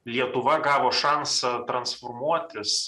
lietuva gavo šansą transformuotis